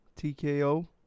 TKO